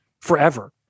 forever